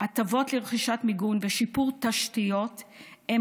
הטבות לרכישת מיגון ושיפור תשתיות הם